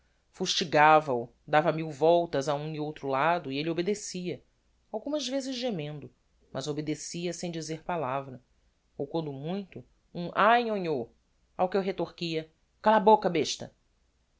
fustigava o dava mil voltas a um e outro lado e elle obedecia algumas vezes gemendo mas obedecia sem dizer palavra ou quando muito um ai nhonhô ao que eu retorquia cala a boca besta